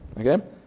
Okay